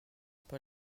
pas